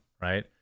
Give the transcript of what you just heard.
right